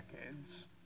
decades